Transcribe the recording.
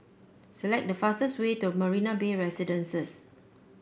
select the fastest way to Marina Bay Residences